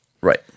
Right